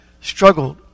struggled